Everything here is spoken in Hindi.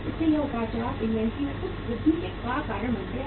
इसलिए ये उतार चढ़ाव इन्वेंट्री में कुछ वृद्धि का कारण बनते हैं